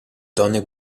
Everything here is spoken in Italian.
donne